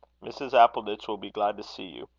mrs. appleditch will be glad to see you.